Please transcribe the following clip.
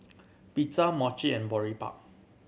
Pizza Mochi and Boribap